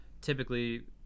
typically